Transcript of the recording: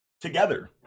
together